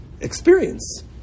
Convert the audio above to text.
experience